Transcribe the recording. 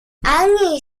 ani